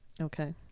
Okay